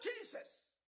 Jesus